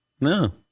no